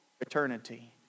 eternity